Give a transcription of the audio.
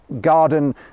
garden